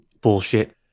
bullshit